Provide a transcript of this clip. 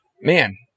man